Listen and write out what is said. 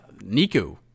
Niku